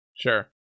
sure